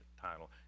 title